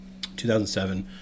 2007